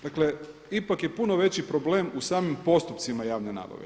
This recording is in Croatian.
Dakle, ipak je puno veći problem u samim postupcima javne nabave.